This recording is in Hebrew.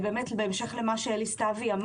בהמשך לדבריו של אלי סתוי,